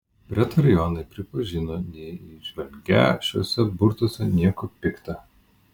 pretorionai pripažino neįžvelgią šiuose burtuose nieko pikta